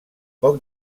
poc